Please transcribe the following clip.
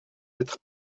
être